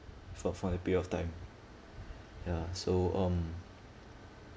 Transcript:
for for the period of time ya so um